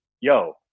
yo